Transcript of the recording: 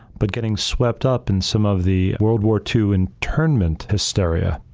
but getting swept up in some of the world war two internment hysteria.